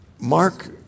Mark